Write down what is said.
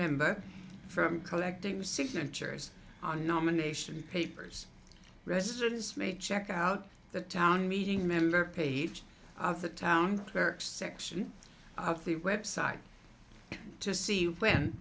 member for collecting signatures on nomination papers residents may check out the town meeting member page of the town clerk section of the website to see when